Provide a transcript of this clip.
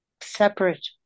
Separate